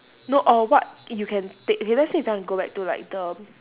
no or what you can take K let's say if I want to go back to like the